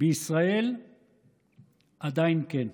בישראל עדיין כן.